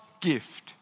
gift